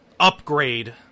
upgrade